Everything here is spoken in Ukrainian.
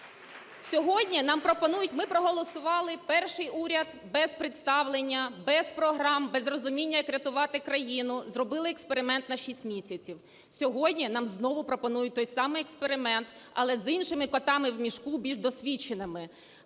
Сьогодні нам пропонують… Ми проголосували перший уряд без представлення, без програм, без розуміння, як рятувати країну. Зробили експеримент на 6 місяців. Сьогодні нам знову пропонують той самий експеримент, але з іншими "котами в мішку", більш досвідченими.